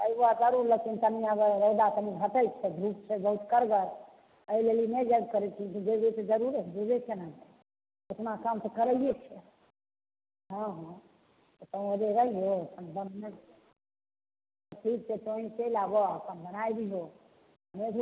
अयबौ जरूर लेकिन तनी रौदा तनी घटैत छै धूप छै बहुत कड़गर एइ बेरी नहि जाय लै करैत छी जैबै तऽ जरूरे जैबै केना नहि इतना काम तऽ करैएके छै हँ हँ तनी देर रहिए ठीक छै तो ही चलि आबो अपन बनाय दीहो